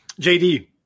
JD